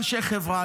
אנשי חברה,